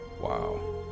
wow